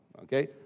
okay